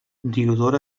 diodor